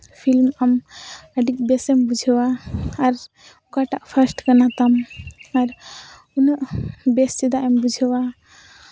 film ᱟᱢ ᱟᱹᱰᱤ ᱵᱮᱥ ᱮᱢ ᱵᱩᱡᱷᱟᱹᱣᱟ ᱟᱨ ᱚᱠᱟᱴᱟᱜ ᱯᱷᱟᱥᱴ ᱠᱟᱱᱟ ᱛᱟᱢ ᱟᱨ ᱩᱱᱟᱹᱜ ᱵᱮᱥ ᱪᱮᱫᱟᱜ ᱮᱢ ᱵᱩᱡᱷᱟᱹᱣᱟ